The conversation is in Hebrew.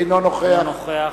אינו נוכח